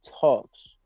talks